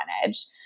percentage